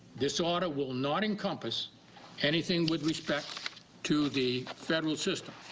this order will not encompass anything with respect to the federal system.